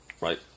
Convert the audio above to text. Right